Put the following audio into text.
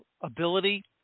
ability